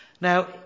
Now